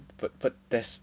but but there's